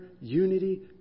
unity